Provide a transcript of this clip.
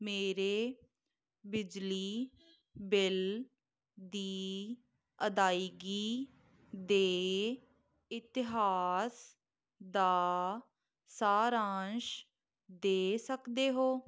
ਮੇਰੇ ਬਿਜਲੀ ਬਿੱਲ ਦੀ ਅਦਾਇਗੀ ਦੇ ਇਤਿਹਾਸ ਦਾ ਸਾਰਾਂਸ਼ ਦੇ ਸਕਦੇ ਹੋ